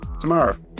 tomorrow